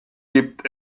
gibt